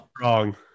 wrong